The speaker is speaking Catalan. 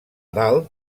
dalt